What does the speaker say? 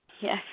Yes